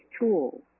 tools